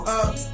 up